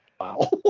Wow